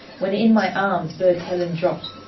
when in my arms burd helen dropt,